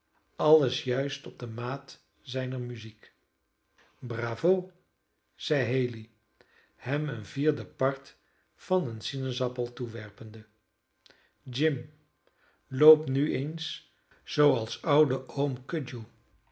alles juist op de maat zijner muziek bravo zeide haley hem een vierdepart van een sinaasappel toewerpende jim loop nu eens zooals oude